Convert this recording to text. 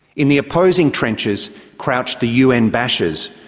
in the opposing trenches crouch the un bashers,